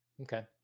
Okay